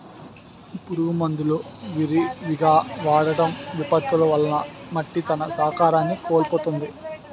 పురుగు మందులు విరివిగా వాడటం, విపత్తులు వలన మట్టి తన సారాన్ని కోల్పోతుంది